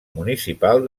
municipal